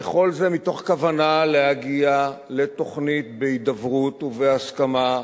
וכל זה מתוך כוונה להגיע לתוכנית בהידברות ובהסכמה,